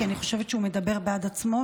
כי אני חושבת שהוא מדבר בעד עצמו,